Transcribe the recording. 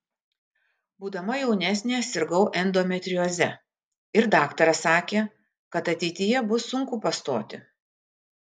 būdama jaunesnė sirgau endometrioze ir daktaras sakė kad ateityje bus sunku pastoti